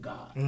God